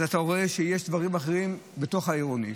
אתה רואה שיש דברים אחרים בתוך העירוני.